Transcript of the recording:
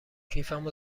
کیفمو